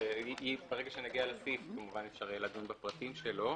ברגע שנגיע לסעיף כמובן אפשר יהיה לדון בפרטים שלו.